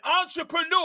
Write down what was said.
entrepreneur